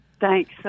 Thanks